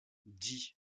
dis